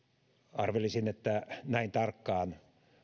arvelisin että näin tarkkaan